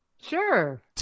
Sure